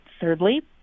Thirdly